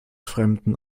fremden